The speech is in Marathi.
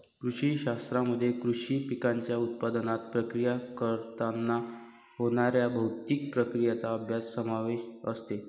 कृषी शास्त्रामध्ये कृषी पिकांच्या उत्पादनात, प्रक्रिया करताना होणाऱ्या भौतिक प्रक्रियांचा अभ्यास समावेश असते